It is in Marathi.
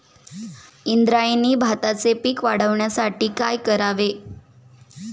इंद्रायणी भाताचे पीक वाढण्यासाठी काय करावे?